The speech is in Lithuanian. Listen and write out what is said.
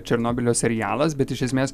černobylio serialas bet iš esmės